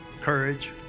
courage